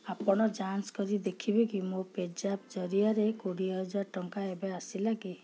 ଆପଣ ଯାଞ୍ଚ୍ କରି ଦେଖିବେ କି ମୋ ପେଜାପ୍ ଜରିଆରେ କୋଡ଼ିଏ ହଜାର ଟଙ୍କା ଏବେ ଆସିଲା କି